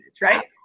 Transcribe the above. right